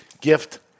gift